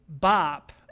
bop